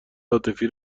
عاطفی